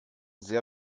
sehr